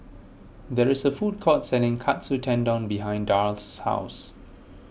there is a food court selling Katsu Tendon behind Darl's house